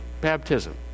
Baptism